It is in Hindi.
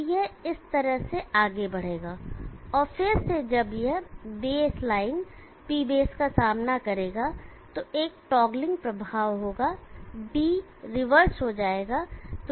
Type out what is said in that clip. तो यह इस तरह से आगे बढ़ेगा और फिर से जब यह बेस लाइन P बेस का सामना करेगा तो एक टॉगलिंग प्रभाव होगा डी रिवर्स हो जाएगा